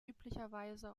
üblicherweise